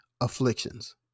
afflictions